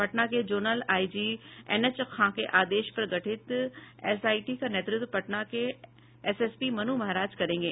पटना के zonal IG N H Khan के आदेश पर गठित एसआईटी का नेतृत्व पटना के एसएसपी मनु महाराज करेंगे